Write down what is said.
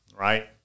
right